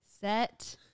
Set